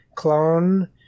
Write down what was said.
clone